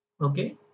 Okay